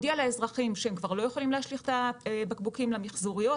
לאזרחים שהם כבר לא יכולים להשליך את הבקבוקים למיחזוריות,